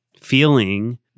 feeling